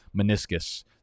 meniscus